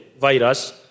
virus